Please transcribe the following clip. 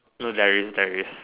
no there is there is